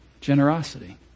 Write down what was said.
generosity